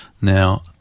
now